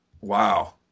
Wow